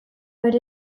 bere